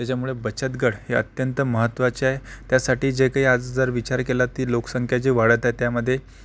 त्याच्यामुळे बचत गट हे अत्यंत महत्वाचे आहे त्यासाठी जे काही आज जर विचार केला ती लोकसंख्या जी वाढत आहे त्यामध्ये